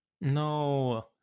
No